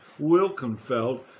Wilkenfeld